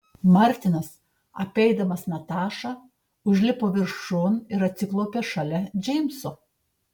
martinas apeidamas natašą užlipo viršun ir atsiklaupė šalia džeimso